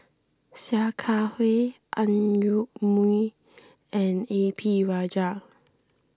Sia Kah Hui Ang Yoke Mooi and A P Rajah